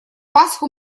пасху